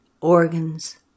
organs